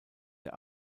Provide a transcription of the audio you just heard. der